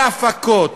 בהפקות,